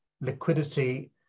liquidity